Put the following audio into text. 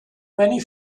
many